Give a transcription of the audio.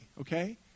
okay